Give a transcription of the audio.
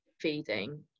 feeding